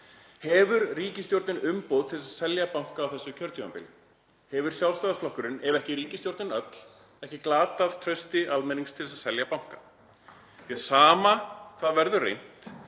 Hefur ríkisstjórnin umboð til að selja banka á þessu kjörtímabili? Hefur Sjálfstæðisflokkurinn, ef ekki ríkisstjórnin öll, ekki glatað trausti almennings til að selja banka? Því að sama hvað verður reynt,